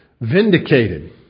vindicated